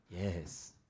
Yes